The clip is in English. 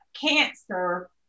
cancer